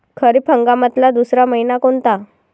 खरीप हंगामातला दुसरा मइना कोनता?